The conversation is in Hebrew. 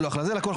זה לקונה,